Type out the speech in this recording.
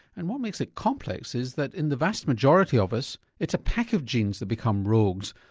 and what makes it complex is that in the vast majority of us, it's a pack of genes that become rogues,